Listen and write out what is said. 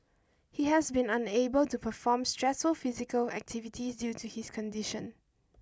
he has been unable to perform stressful physical activities due to his condition